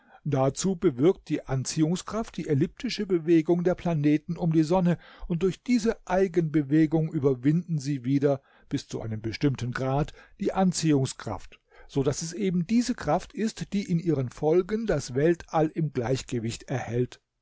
dazu bewirkt die anziehungskraft die elliptische bewegung der planeten um die sonne und durch diese eigenbewegung überwinden sie wieder bis zu einem bestimmten grad die anziehungskraft so daß es eben diese kraft ist die in ihren folgen das weltall im gleichgewicht erhält